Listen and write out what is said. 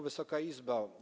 Wysoka Izbo!